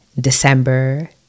december